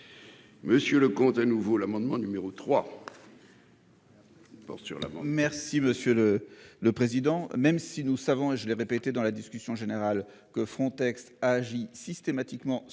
Monsieur le comte à nouveau l'amendement numéro 3.